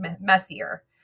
messier